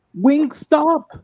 Wingstop